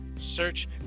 search